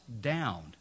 down